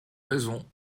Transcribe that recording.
raisons